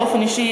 באופן אישי,